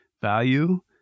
value